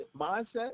mindset